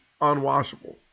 unwashable